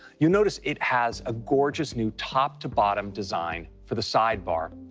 you notice it has a gorgeous new top-to-bottom design for the sidebar,